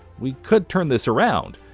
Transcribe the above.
we could turn this around.